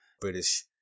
British